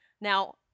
Now